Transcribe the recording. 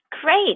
Great